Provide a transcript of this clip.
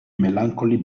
melancholy